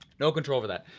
no control over that,